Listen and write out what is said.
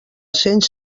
cents